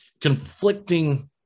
conflicting –